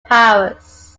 powers